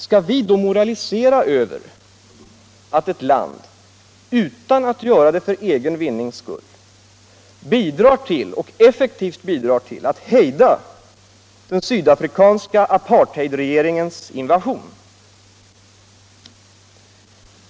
Skall vi då moralisera över att ett land, utan att göra det för egen vinnings skull, effektivt bidrar för att hejda den sydafrikanska apartheidregeringens invasion?